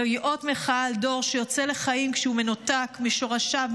זה לאות מחאה על דור שיוצא לחיים כשהוא מנותק משורשיו,